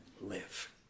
live